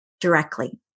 directly